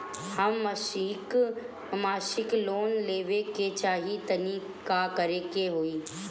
हम मासिक लोन लेवे के चाह तानि का करे के होई?